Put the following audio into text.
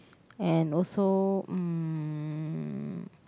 and also um